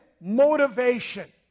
motivation